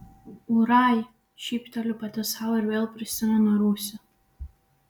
ūrai šypteliu pati sau ir vėl prisimenu rūsį